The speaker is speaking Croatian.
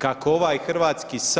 Kako ovaj HS